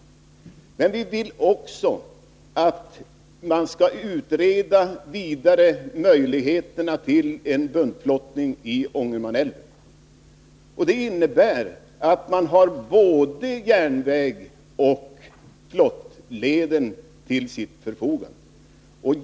Men vi vill också att man vidare skall utreda möjligheterna till buntflottning i Ångermanälven, och det innebär att både järnvägen och flottleden står till förfogande.